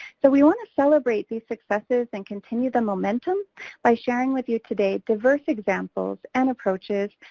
so we want to celebrate these successes and continue the momentum by sharing with you today diverse examples and approaches,